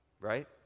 right